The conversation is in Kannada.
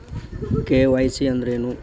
ಕೆ.ವೈ.ಸಿ ಅಂದ್ರೇನು?